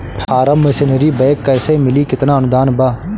Form machinery bank कैसे मिली कितना अनुदान बा?